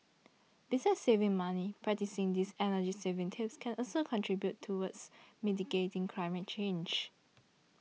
besides saving money practising these energy saving tips can also contribute towards mitigating climate change